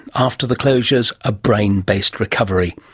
after the closures, a brain based recovery.